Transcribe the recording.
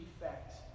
effect